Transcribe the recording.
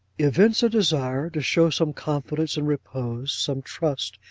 evince a desire to show some confidence, and repose some trust,